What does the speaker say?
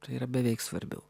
tai yra beveik svarbiau